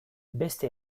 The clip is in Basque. beste